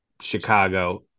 Chicago